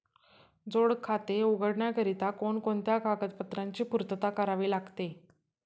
जोड खाते उघडण्याकरिता कोणकोणत्या कागदपत्रांची पूर्तता करावी लागते?